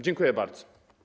Dziękuję bardzo.